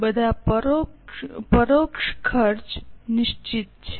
બધા પરોક્ષ ખર્ચ નિશ્ચિત છે